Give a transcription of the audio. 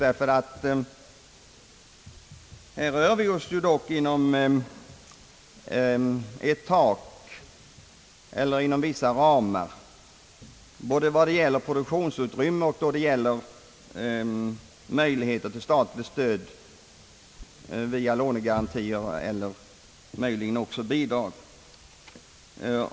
Här rör vi oss dock inom vissa ramar både vad det gäller produktionsutrymme och då det gäller möjligheterna till statligt stöd via lånegarantier eller eventuellt bidrag.